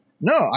No